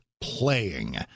playing